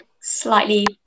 slightly